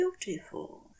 beautiful